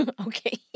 okay